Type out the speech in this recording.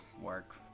work